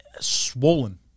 swollen